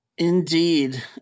Indeed